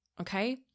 okay